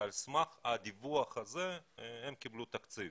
על סמך הדיווח הזה הם קיבלו תקציב.